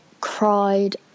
cried